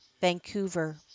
Vancouver